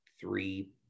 three